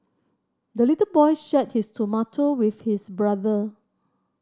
the little boy shared his tomato with his brother